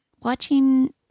watching